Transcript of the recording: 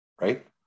right